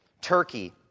Turkey